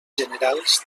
generals